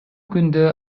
күндө